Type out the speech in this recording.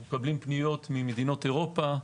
אנו מקבלים פניות ממדינות אירופה,